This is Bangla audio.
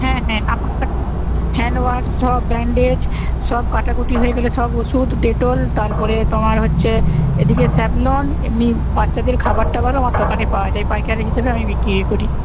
হ্যাঁ হ্যাঁ আমার কাছে হ্যান্ডওয়াশ সব ব্যান্ডেজ সব কাটাকুটি হয়ে গেলে সব ওষুধ ডেটল তারপরে তোমার হচ্ছে এদিকে স্যাভলন এমনি বাচ্চাদের খাবার টাবারও আমার দোকানে পাওয়া যায় পাইকারি হিসেবে আমি বিক্রি করি